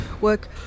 work